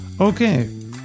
okay